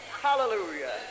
Hallelujah